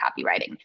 copywriting